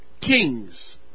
kings